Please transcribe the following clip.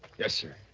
yes, sir.